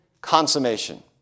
consummation